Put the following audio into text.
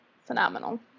phenomenal